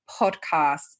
podcasts